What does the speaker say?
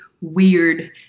weird